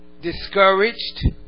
discouraged